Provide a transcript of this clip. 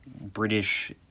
British